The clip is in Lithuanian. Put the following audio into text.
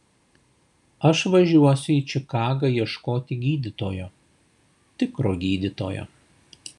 aš važiuosiu į čikagą ieškoti gydytojo tikro gydytojo